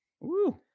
Woo